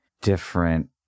different